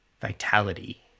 vitality